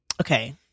Okay